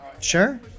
Sure